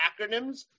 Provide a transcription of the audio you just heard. acronyms